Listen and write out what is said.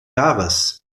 jahres